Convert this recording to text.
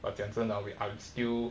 but 讲真的 I'm still